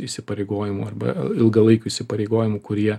įsipareigojimų arba ilgalaikių įsipareigojimų kurie